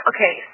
Okay